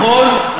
נכון?